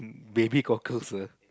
baby cockles err